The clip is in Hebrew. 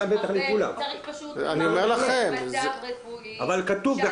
ארבל, צריך לומר בשל מצב רפואי שעלול --- זה מה